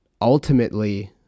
ultimately